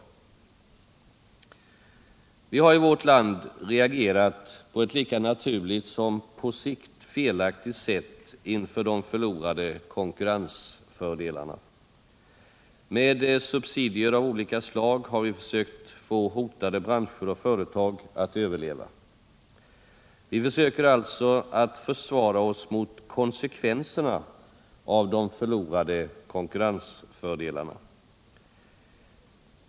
Vi har i vårt land reagerat på ett lika naturligt som på sikt felaktigt sätt inför de förlorade konkurrensfördelarna. Med subsidier av olika slag har vi försökt få hotade branscher och företag att överleva. Vi försöker alltså att försvara oss mot konsekvenserna av de förlorade konkurrensfördelarna.